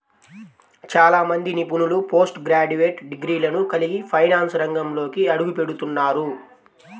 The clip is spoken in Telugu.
చాలా మంది నిపుణులు పోస్ట్ గ్రాడ్యుయేట్ డిగ్రీలను కలిగి ఫైనాన్స్ రంగంలోకి అడుగుపెడుతున్నారు